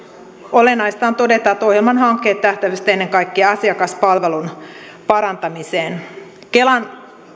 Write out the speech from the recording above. olennaista on todeta että ohjelman hankkeet tähtäsivät ennen kaikkea asiakaspalvelun parantamiseen kelan